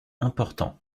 important